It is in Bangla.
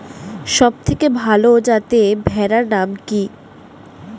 সবথেকে ভালো যাতে ভেড়ার নাম কি?